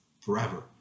forever